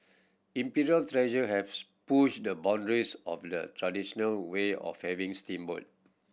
Imperial Treasure has pushed the boundaries of the traditional way of having steamboat